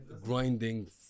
grinding